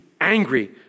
angry